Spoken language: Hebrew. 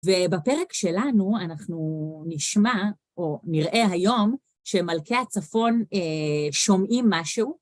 ובפרק שלנו אנחנו נשמע או נראה היום שמלכי הצפון שומעים משהו.